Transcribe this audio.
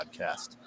podcast